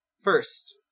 First